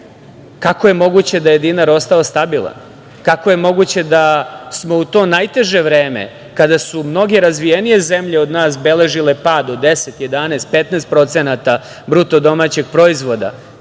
19?Kako je moguće da je dinar ostao stabilan? Kako je moguće da smo u to najteže vreme kada su mnoge razvijenije zemlje od nas beležile pad od 10, 11, 15% BDP, kada je nezaposlenost,